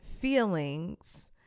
feelings